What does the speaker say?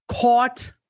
caught